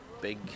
big